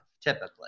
typically